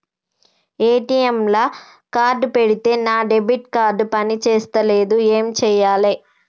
ATM లా card పెడితే నా డెబిట్ కార్డ్ పని చేస్తలేదు ఏం చేయాలే?